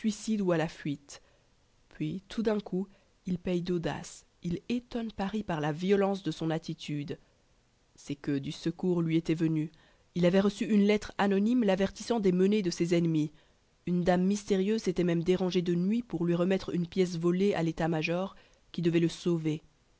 ou à la fuite puis tout d'un coup il paye d'audace il étonne paris par la violence de son attitude c'est que du secours lui était venu il avait reçu une lettre anonyme l'avertissant des menées de ses ennemis une dame mystérieuse s'était même dérangée de nuit pour lui remettre une pièce volée à l'état-major qui devait le sauver